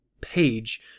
page